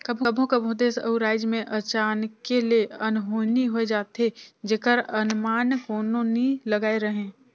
कभों कभों देस अउ राएज में अचानके ले अनहोनी होए जाथे जेकर अनमान कोनो नी लगाए रहें